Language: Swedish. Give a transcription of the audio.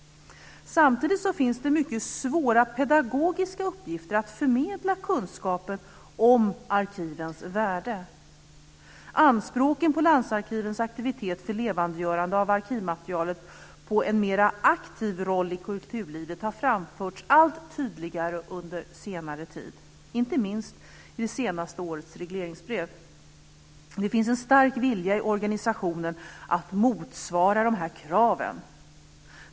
Samtidigt finns det mycket svåra pedagogiska uppgifter att förmedla kunskaper om arkivens värde. Anspråken på landsarkivens aktivitet för levandegörande av arkivmaterialet och att ha en mer aktivt roll i kulturlivet har framförts allt tydligare under senare tid, inte minst i de senaste årens regleringsbrev. Det finns en stark vilja i organisationen att motsvara de kraven.